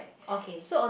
okay